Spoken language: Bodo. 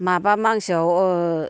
माबा मासआव